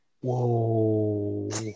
Whoa